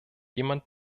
jemand